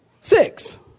Six